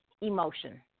emotion